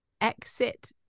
exit